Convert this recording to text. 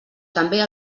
també